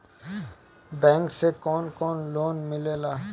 Bank से कौन कौन लोन मिलेला?